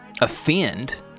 offend